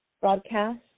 broadcast